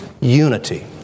unity